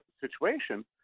situation